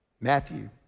Matthew